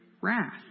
wrath